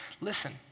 listen